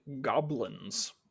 goblins